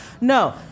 No